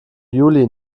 juli